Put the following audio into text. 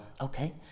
okay